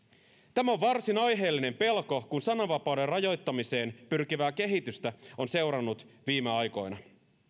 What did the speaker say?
tämä on varsin aiheellinen pelko kun sananvapauden rajoittamiseen pyrkivää kehitystä on seurannut viime aikoina